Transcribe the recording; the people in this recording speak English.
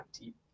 deep